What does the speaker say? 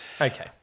Okay